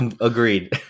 Agreed